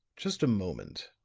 just a moment,